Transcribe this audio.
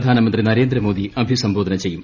പ്രധാനമന്ത്രി നരേന്ദ്രമോദി അഭിസംബോധന ചെയ്യും